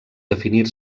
definir